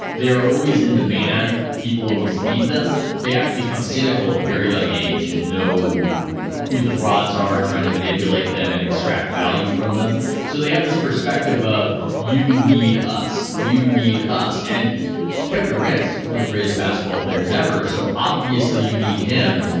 they are always in demand. people always need them. they have to become cynical at a very young age and know who the frauds are, trying to manipulate them and extract value from them. so they have this perspective of you need us, you need us. and kevin durant's one of the greatest basketball players ever. so obviously you need him.